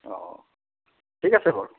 অঁ ঠিক আছে বাৰু